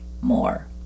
more